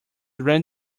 ran